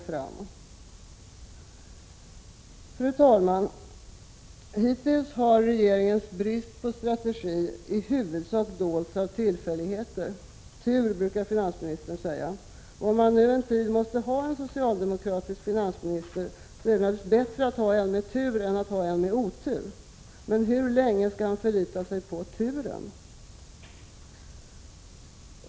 Fru talman! Hittills har regeringens brist på strategi dolts av tillfälligheter. Tur, brukar finansministern säga. Och om man nu en tid måste ha en socialdemokratisk finansminister, är det naturligtvis bättre att ha en med tur än en med otur. Men hur länge skall han förlita sig enbart på turen?